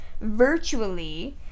virtually